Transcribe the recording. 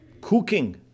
Cooking